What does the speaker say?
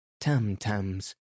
tam-tams